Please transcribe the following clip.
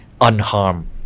unharmed